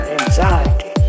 anxiety